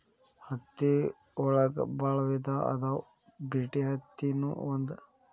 ಹತ್ತಿ ಒಳಗ ಬಾಳ ವಿಧಾ ಅದಾವ ಬಿಟಿ ಅತ್ತಿ ನು ಒಂದ